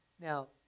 Now